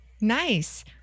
Nice